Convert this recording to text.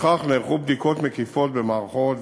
לפיכך נערכו בדיקות מקיפות במערכות,